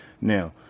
now